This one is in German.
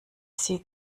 sie